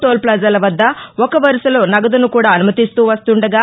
toll ఫ్లాజాల వద్ద ఒక వరుసలో నగదును కూడా అనుమతిస్తూ వస్తుండగా